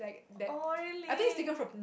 oh really